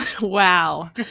wow